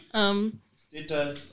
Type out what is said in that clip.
Status